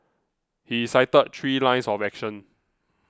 he cited three lines of action